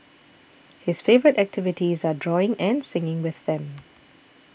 his favourite activities are drawing and singing with them